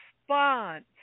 response